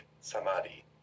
Samadhi